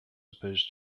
opposed